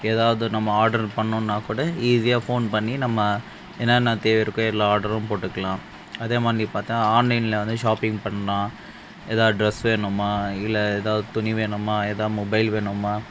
எதாவது நம்ம ஆர்ட்ரு பண்ணுனாக்கூட ஈஸியாக ஃபோன் பண்ணி நம்ம என்னான்னா தேவை இருக்கோ எல்லா ஆர்டரும் போட்டுக்கலாம் அதேமாதிரி நீ பார்த்தா ஆன்லைனில் வந்து ஷாப்பிங் பண்ணலாம் எதாவ ட்ரெஸ்ஸு வேணுமா இல்லை எதாவது துணி வேணுமா எதா மொபைல் வேணுமா